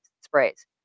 sprays